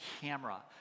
camera